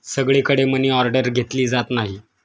सगळीकडे मनीऑर्डर घेतली जात नाही